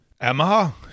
Emma